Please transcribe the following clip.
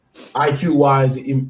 IQ-wise